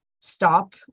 stop